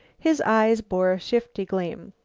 his eyes bore shifty gleam.